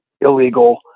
illegal